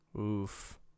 Oof